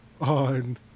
on